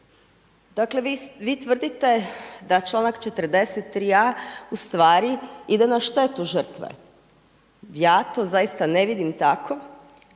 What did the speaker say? Dakle vi tvrdite da članak 43.a ustvari ide na štetu žrtve, ja to zaista ne vidim tako,